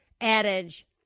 adage